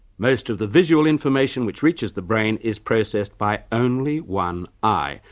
most of the visual information which reaches the brain is processed by only one eye,